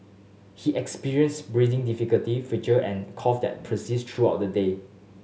he experienced breathing difficulty and cough that persisted throughout the day